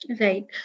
Right